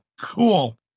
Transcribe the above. Cool